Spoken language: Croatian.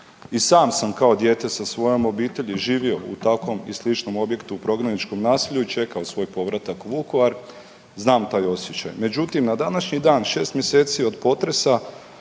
I sam sam kao dijete sa svojom obitelji živio u takvom i sličnom objektu u prognaničkom naselju i čekao svoj povratak u Vukovar. Međutim, na današnji dan 6 mjeseci od potresa